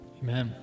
Amen